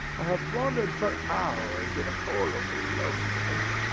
i have wandered for hours in horrible loneliness.